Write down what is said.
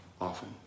often